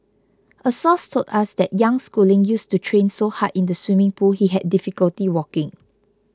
a source told us that young Schooling used to train so hard in the swimming pool he had difficulty walking